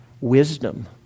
wisdom